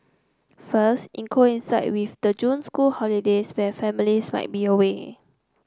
first it coincided with the June school holidays when families might be away